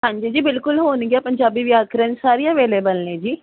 ਹਾਂਜੀ ਜੀ ਬਿਲਕੁਲ ਹੋਣਗੀਆਂ ਪੰਜਾਬੀ ਵਿਆਕਰਣ ਸਾਰੀਆਂ ਅਵੇਲੇਬਲ ਨੇ ਜੀ